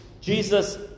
Jesus